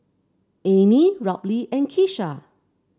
Emmie Robley and Keesha